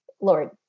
Lord